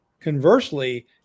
Conversely